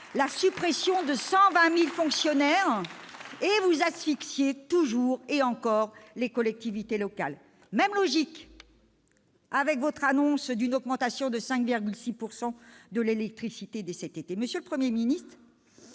la suppression de 120 000 fonctionnaires. Et vous asphyxiez toujours et encore les collectivités locales. C'est la même logique avec votre annonce d'une augmentation de 5,6 % de l'électricité dès cet été. Monsieur le Premier ministre,